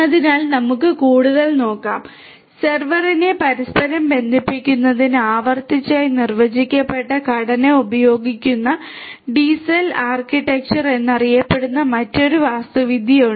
അതിനാൽ നമുക്ക് കൂടുതൽ നോക്കാം സെർവറിനെ പരസ്പരം ബന്ധിപ്പിക്കുന്നതിന് ആവർത്തിച്ചായി നിർവചിക്കപ്പെട്ട ഘടന ഉപയോഗിക്കുന്ന ഡിസൽ ആർക്കിടെക്ചർ എന്നറിയപ്പെടുന്ന മറ്റൊരു വാസ്തുവിദ്യയുണ്ട്